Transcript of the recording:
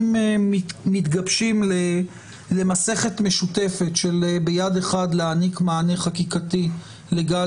מתגבשים למסכת משותפת שמטרתה מצד אחד להעניק מענה חקיקתי לגל